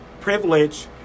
privilege